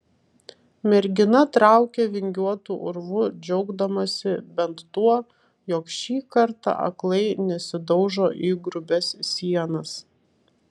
mergina traukė vingiuotu urvu džiaugdamasi bent tuo jog šį kartą aklai nesidaužo į grubias sienas